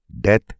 death